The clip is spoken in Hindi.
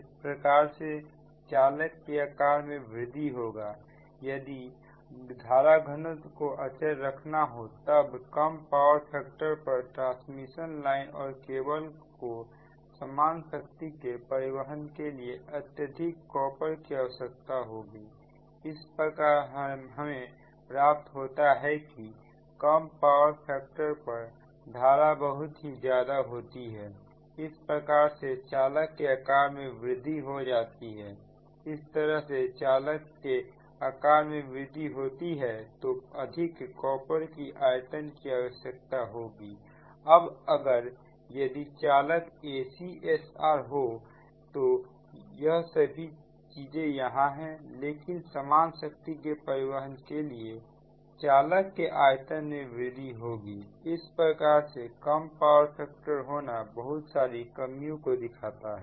इस प्रकार से चालक का आकार में वृद्धि होगायदि धारा घनत्व को अचर रखना हो तब कम पावर फैक्टर पर ट्रांसमिशन लाइन और केबल को समान शक्ति के परिवहन के लिए अत्यधिक कॉपर की आवश्यकता होगी इस प्रकार हमें प्राप्त होता है कि कम पावर फैक्टर पर धारा बहुत ही ज्यादा होती है इस प्रकार से चालक के आकार में वृद्धि हो जाती है इस तरह से अगर चालक के आकार में वृद्धि होती है तो अत्यधिक कॉपर के आयतन की आवश्यकता होती है अब अगर यदि चालक ACSR हो तो यह सभी चीजें यहां हैं लेकिन समान शक्ति के परिवहन के लिए चालक के आयतन में वृद्धि होगी इस प्रकार से कम पावर फैक्टर होना बहुत सारी कमियों को दिखाता है